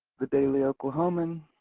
the daily oklahoman,